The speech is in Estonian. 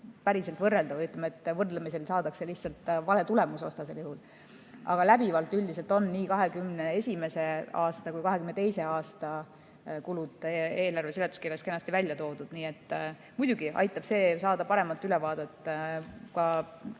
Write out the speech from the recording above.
päriselt võrreldav või võrdlemisel saadakse vale tulemus, aga läbivalt üldiselt on nii 2021. aasta kui ka 2022. aasta kulud eelarve seletuskirjas kenasti välja toodud. Nii et muidugi aitab see saada paremat ülevaadet ka